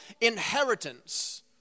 inheritance